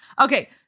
Okay